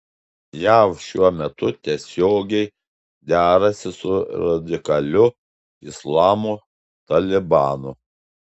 jav šiuo metu tiesiogiai derasi su radikaliu islamo talibanu